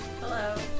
Hello